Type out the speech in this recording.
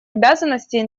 обязанностей